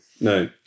no